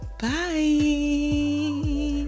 bye